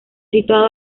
situado